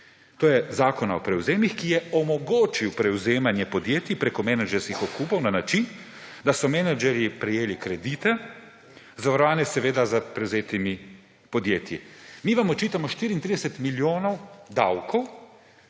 to je Zakona o prevzemih, ki je omogočil prevzemanje podjetij prek menedžerskih odkupov na način, da so menedžerji prejeli kredite, zavarovane s prevzetimi podjetji. Mi vam očitamo 34 milijonov davkov,